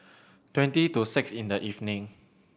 twenty to six in the evening